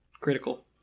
Critical